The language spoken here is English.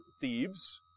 thieves